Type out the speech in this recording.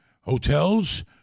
Hotels